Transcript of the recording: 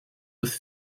with